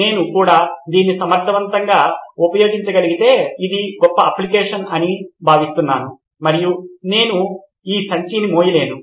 నేను కూడా దీన్ని సమర్థవంతంగా ఉపయోగించగలిగితే ఇది గొప్ప అప్లికషన్ అని నేను భావిస్తున్నాను మరియు నేను ఈ సంచిని మోయలేను